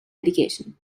education